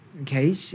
okay